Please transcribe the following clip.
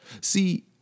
See